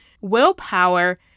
Willpower